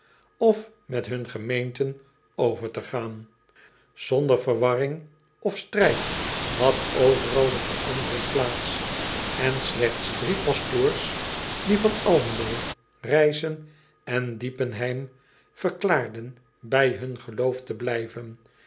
of met hun gemeenten over te gaan onder verwarring of strijd had overal de verandering plaats en slechts drie pastoors die van lmelo ijssen en iepenheim verklaarden bij hun geloof te blijven